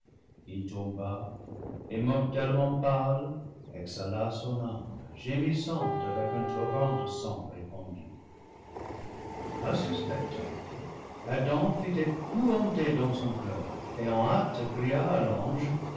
il tomba et mortellement pâle exhala son âme gémissante avec un torrent de sang répandue a ce spectacle adam fut épouvanté dans son coeur et en hâte cria à l'ange